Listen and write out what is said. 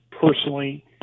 personally